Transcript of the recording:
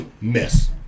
miss